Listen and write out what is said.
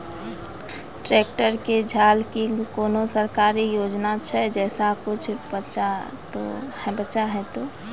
Tractor के झाल किंग कोनो सरकारी योजना छ जैसा कुछ बचा तो है ते?